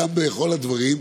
אלא גם בכל הדברים,